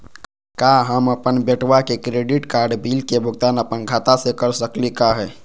का हम अपन बेटवा के क्रेडिट कार्ड बिल के भुगतान अपन खाता स कर सकली का हे?